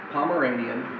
Pomeranian